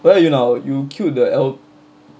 where are you now you killed the el~